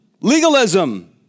legalism